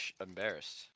embarrassed